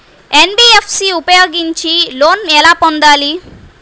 NBFC ఉపయోగించి loan ఎలా పొందాలి?